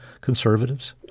conservatives